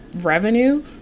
revenue